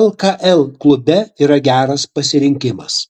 lkl klube yra geras pasirinkimas